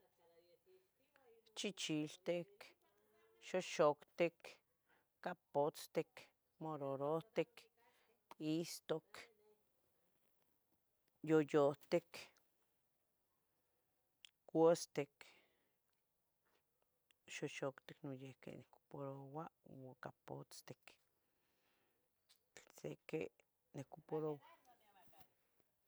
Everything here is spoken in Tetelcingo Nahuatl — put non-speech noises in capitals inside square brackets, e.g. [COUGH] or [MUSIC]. [NOISE] Chichiltic, xoxoctic, capotztic, moradohtic, istuc, yuyuhtic, custic, xoxoctic noyihqui nicuparoua ua capotztic, siqui nicuparoua.